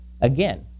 Again